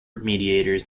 mediators